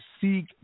seek